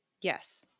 Yes